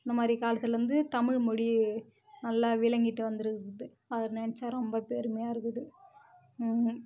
இந்த மாதிரி காலத்திலருந்து தமிழ் மொழி நல்லா விளங்கிட்டு வந்து இருக்குது அது நினைச்சா ரொம்ப பெருமையாக இருக்குது